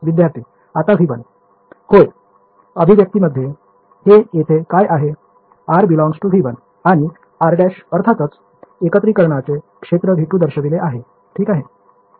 विद्यार्थी आता V1 होय या अभिव्यक्तीमध्ये हे येथे काय आहे r ∈ V 1 आणि r′ अर्थातच एकत्रीकरणाचे क्षेत्र V2 दर्शविले आहे ठीक आहे